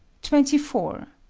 twenty four.